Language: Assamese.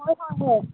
হয় হয় হয়